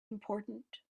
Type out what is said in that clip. important